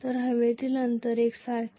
हवेतील अंतर एकसारखे आहे